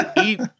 eat